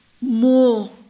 more